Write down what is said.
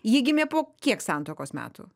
ji gimė po kiek santuokos metų